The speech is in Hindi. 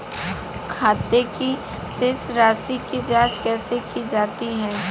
खाते की शेष राशी की जांच कैसे की जाती है?